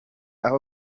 aho